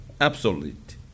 absolute